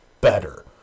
better